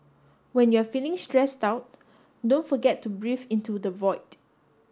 when you are feeling stressed out don't forget to breathe into the void